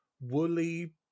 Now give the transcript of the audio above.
woolly